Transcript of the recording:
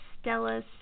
Stella's